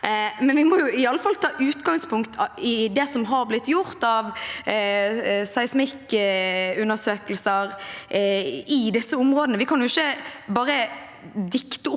vi må iallfall ta utgangspunkt i det som har blitt gjort av seismikkundersøkelser i disse områdene. Vi kan ikke bare dikte opp